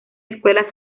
escuela